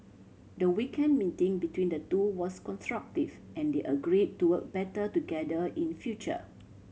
the weekend meeting between the two was constructive and they agree to work better together in future